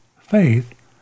faith